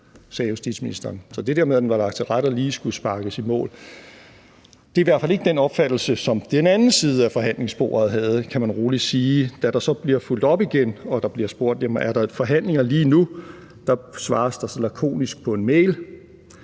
sagde justitsministeren. Så det der med, at den var lagt til rette og lige skulle sparkes i mål, er i hvert fald ikke den opfattelse, som den anden side af forhandlingsbordet havde, kan man rolig sige. Da der så bliver fulgt op igen, og der bliver spurgt, om der er forhandlinger lige nu, svares der lakonisk på en mail: